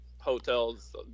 Hotels